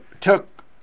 took